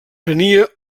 tenia